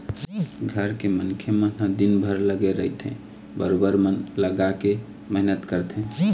घर के मनखे मन ह दिनभर लगे रहिथे बरोबर मन लगाके मेहनत करथे